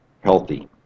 healthy